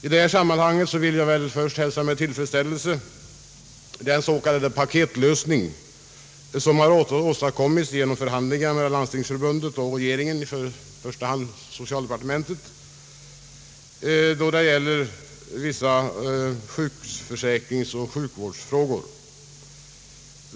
I detta sammanhnag vill jag först hälsa med tillfredsställelse den s.k. paketlösning som har åstadkommits genom förhandlingar mellan Svenska landstingsförbundet och regeringen, i första hand socialdepartementet, när det gäller vissa sjukförsäkringsoch sjukvårdsfrågor.